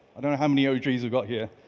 i don't know how many ogs we've got here.